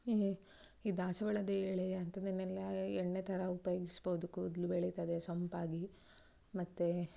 ಈ ಈ ದಾಸವಾಳದ ಎಲೆ ಅಂಥದ್ದನ್ನೆಲ್ಲ ಎಣ್ಣೆ ಥರ ಉಪಯೋಗಿಸ್ಬೋದು ಕೂದ್ಲು ಬೆಳಿತದೆ ಸೊಂಪಾಗಿ ಮತ್ತು